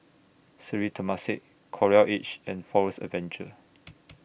Sri Temasek Coral Edge and Forest Adventure